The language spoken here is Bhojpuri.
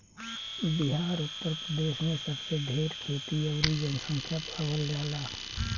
बिहार उतर प्रदेश मे सबसे ढेर खेती अउरी जनसँख्या पावल जाला